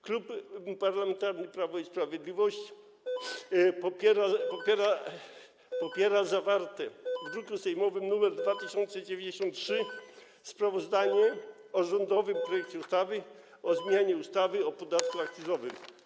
Klub Parlamentarny Prawo i Sprawiedliwość popiera zawarte w druku sejmowym nr 2093 sprawozdanie o rządowym projekcie ustawy o zmianie ustawy o podatku akcyzowym.